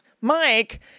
Mike